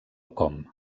com